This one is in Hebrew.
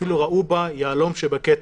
אפילו ראו בה היהלום שבכתר.